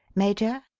major,